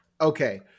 Okay